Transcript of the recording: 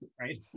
right